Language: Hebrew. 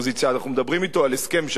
אנחנו מדברים אתו על הסכם שלום?